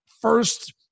first